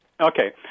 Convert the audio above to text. Okay